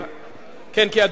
אדוני,